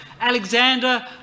Alexander